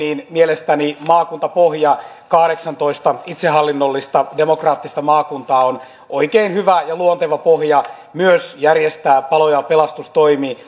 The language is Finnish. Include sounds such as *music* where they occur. mielestäni maakuntapohja kahdeksantoista itsehallinnollista demokraattista maakuntaa on oikein hyvä ja luonteva pohja järjestää myös palo ja pelastustoimi *unintelligible*